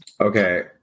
Okay